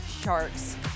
Sharks